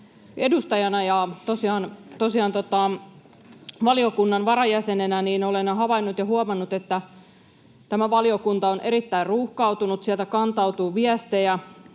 edustajana ja tosiaan valiokunnan varajäsenenä olen havainnut ja huomannut, että tämä valiokunta on erittäin ruuhkautunut. Sieltä kantautuu viestejä,